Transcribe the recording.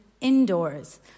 indoors